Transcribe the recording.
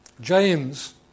James